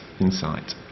insight